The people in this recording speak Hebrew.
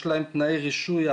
יש להם תנאי רישוי,